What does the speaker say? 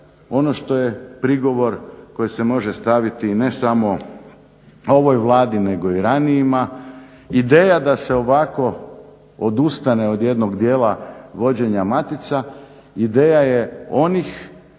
ono što je prigovor koji se može staviti ne samo ovoj Vladi nego i ranijima, ideja da se ovako odustane od jednog dijela vođenja matica, ideja je onih